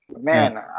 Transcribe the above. Man